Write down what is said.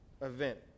event